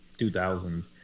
2000